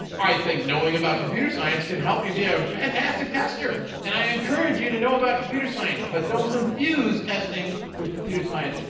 i think knowing about computer science can help you be a fantastic tester and i encourage you to know about computer science but don't confuse testing with computer science.